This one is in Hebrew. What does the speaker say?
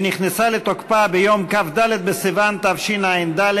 שנכנסה לתוקפה ביום כ"ד בסיוון תשע"ד,